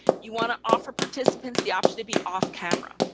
you want to offer participants the option to be off camera.